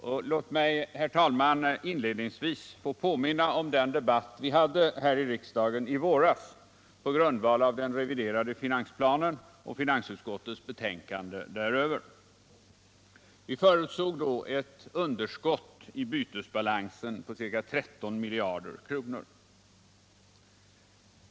Och låt mig, herr talman, inledningsvis få påminna om den debatt vi hade här i riksdagen i våras på grundval av den reviderade finansplanen och finansutskottets betänkande däröver. Vi förutsåg då ett underskott i bytesbalansen på ca 13 miljarder.